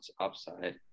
upside